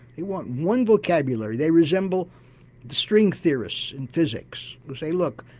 they want one vocabulary, they resemble string theorists in physics who say look,